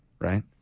right